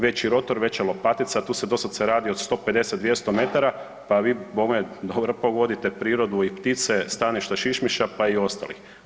Veći rotor, veća lopatica tu se doslovce radi od 150, 200 metara pa vi bome dobro pogodite prirodu i ptice, staništa šišmiša pa i ostalih.